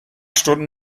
stunden